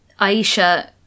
Aisha